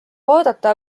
vaadata